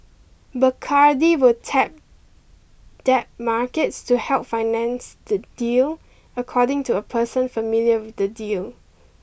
Bacardi will tap debt markets to help finance the deal according to a person familiar with the deal